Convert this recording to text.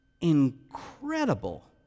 incredible